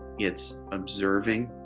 it's observing,